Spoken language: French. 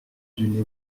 d’une